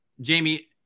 Jamie